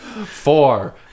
Four